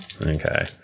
Okay